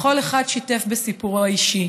וכל אחד שיתף בסיפורו האישי,